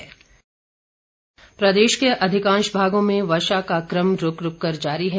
मौसम प्रदेश के अधिकांश भागों में वर्षा का क्रम रूक रूक कर जारी है